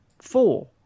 Four